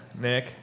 Nick